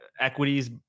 equities